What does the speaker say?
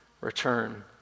return